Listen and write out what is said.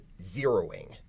zeroing